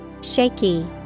Shaky